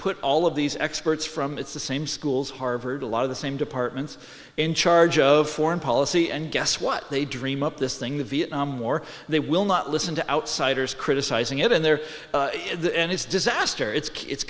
put all of these experts from it's the same schools harvard a lot of the same departments in charge of foreign policy and guess what they dream up this thing the vietnam war they will not listen to outsiders criticizing it and they're in the end it's disaster it's kit's